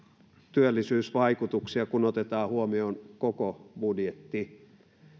työllisyysvaikutuksia kun otetaan huomioon koko budjetti